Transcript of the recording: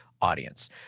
audience